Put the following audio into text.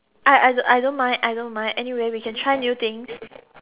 I I I don't mind I don't mind anyway we can try new things